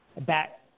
back